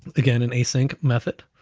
again, an async method.